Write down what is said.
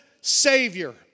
savior